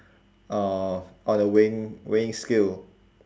uh on the weighing weighing scale